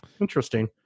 interesting